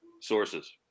sources